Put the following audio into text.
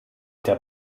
der